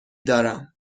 دارم